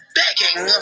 begging